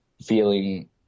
feeling